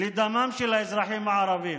לדמם של האזרחים הערבים,